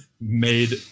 made